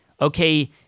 okay